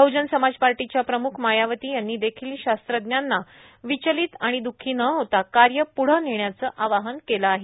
बह्जन समाज पार्टीच्या प्रमुख मायावती यांनी देखील शास्त्रज्ञांना विचलित आणि द्ःखी न होता कार्य प्ढं नेत्याचं आवाहन केलं आहे